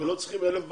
ולא צריכים אלף בקשות.